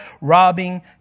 robbing